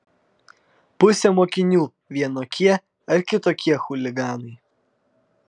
pusė mokinių vienokie ar kitokie chuliganai